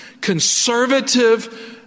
conservative